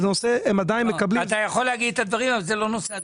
הם עדיין מקבלים --- אתה יכול להגיד את הדברים אבל זה לא נושא הדיון.